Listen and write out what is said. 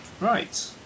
right